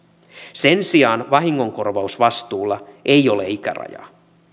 sen sijaan vahingonkorvausvastuulla ei ole ikärajaa